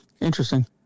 Interesting